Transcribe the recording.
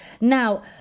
Now